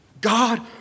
God